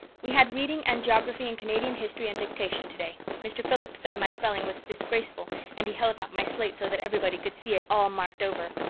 we had reading and geography and canadian history and dictation today. mr. phillips said my spelling was disgraceful and he held up my slate so that everybody could see it, all marked over.